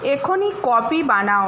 এখনই কফি বানাও